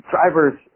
Drivers